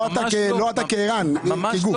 לא אתה כערן אלא כרשות המיסים.